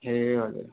ए हजुर